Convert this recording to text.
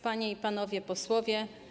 Panie i Panowie Posłowie!